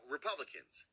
Republicans